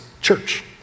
church